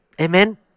Amen